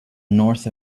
north